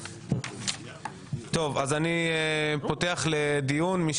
אז אני פותח לדיון, מי